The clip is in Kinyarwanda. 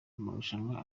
marushanwa